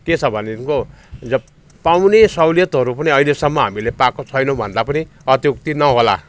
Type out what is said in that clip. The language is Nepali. के छ भनेदेखिको जुन पाउने सहुलियतहरू पनि अहिलेसम्म हामीले पाएको छैनौँ भन्दा पनि अत्युक्ति नहोला